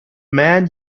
man